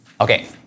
Okay